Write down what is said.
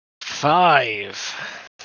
Five